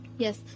Yes